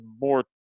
more